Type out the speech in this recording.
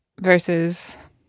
versus